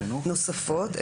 נוספות,